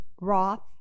Roth